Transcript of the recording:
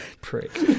prick